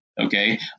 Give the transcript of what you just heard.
Okay